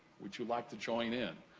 would you like to join in?